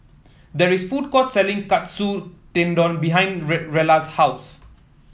there is a food court selling Katsu Tendon behind Rella's house